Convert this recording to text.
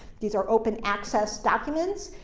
these are open access documents,